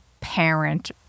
parent